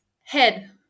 head